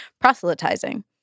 proselytizing